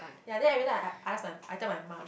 ya then everytime I I ask my I tell my mum